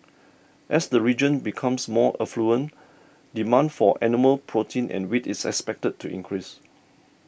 as the region becomes more affluent demand for animal protein and wheat is expected to increase